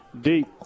Deep